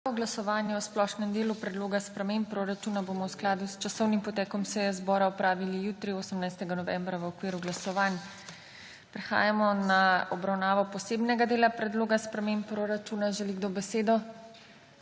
Glasovanje o splošnem delu predloga sprememb proračuna bomo v skladu s časovnim potekom seje zbora opravili jutri, 18. novembra v okviru glasovanj. Prehajamo na obravnavo Posebnega dela predloga sprememb proračuna. Želi kdo besedo?